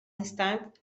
instant